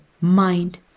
mind